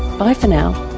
bye for now